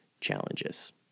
challenges